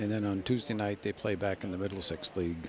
and then on tuesday night they play back in the middle six lea